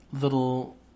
little